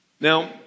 Now